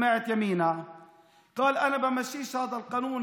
אני מבקש, אני מבקש.